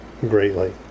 greatly